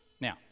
Now